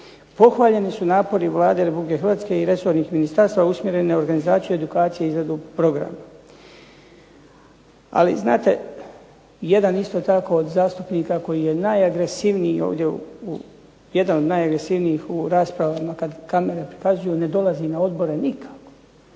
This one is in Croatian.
Pohvaljeni su napori Vlade Republike Hrvatske i resornih ministarstava usmjerenih na organizaciju, edukaciju i izradu programa. Ali znate, jedan isto tako od zastupnika koji je najagresivniji ovdje, jedan od najagresivnijih u raspravama kad kamere prikazuju ne dolazi na odbore nikako,